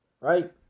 Right